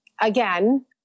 again